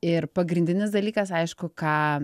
ir pagrindinis dalykas aišku ką